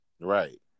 Right